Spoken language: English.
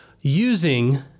using